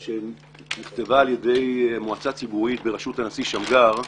שנכתבה על ידי מועצה ציבורית בראשות הנשיא שמגר.